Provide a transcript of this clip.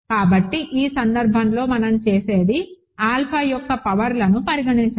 కాబట్టి ఈ సందర్భంలో మనం చేసేది ఆల్ఫా యొక్క పవర్ లను పరిగణించడం